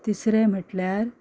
तिसरें म्हटल्यार